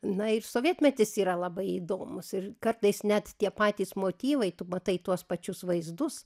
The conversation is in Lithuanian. na ir sovietmetis yra labai įdomūs ir kartais net tie patys motyvai tu matai tuos pačius vaizdus